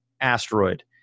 asteroid